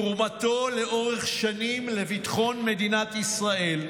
תרומתו לאורך שנים לביטחון מדינת ישראל,